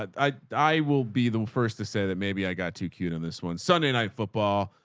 i, i will be the first to say that maybe i got too cute on this one sunday night football,